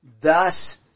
Thus